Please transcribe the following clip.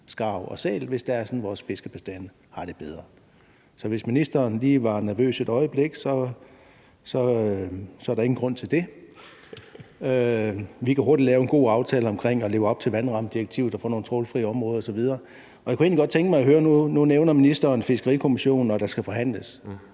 skarv og sæl, hvis det er sådan, at vores fiskebestande har det bedre. Så hvis ministeren lige var nervøs et øjeblik, vil jeg sige, at så er der ingen grund til det. Vi kan hurtigt lave en god aftale om at leve op til vandrammedirektivet og få nogle trawlfri områder osv. Nu nævner ministeren Fiskerikommissionen, og at der skal forhandles.